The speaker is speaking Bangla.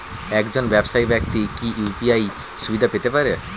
একজন ব্যাবসায়িক ব্যাক্তি কি ইউ.পি.আই সুবিধা পেতে পারে?